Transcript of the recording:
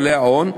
בעלי ההון,